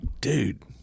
dude